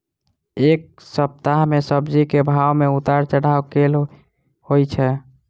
एक सप्ताह मे सब्जी केँ भाव मे उतार चढ़ाब केल होइ छै?